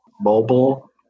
Mobile